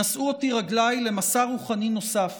נשאו אותי רגליי למסע רוחני נוסף